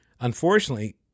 Unfortunately